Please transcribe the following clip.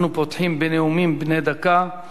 אנחנו פותחים בנאומים בני דקה.